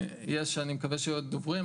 ואני מקווה שיהיו עוד דוברים,